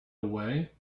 away